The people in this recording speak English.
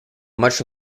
much